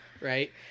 Right